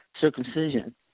circumcision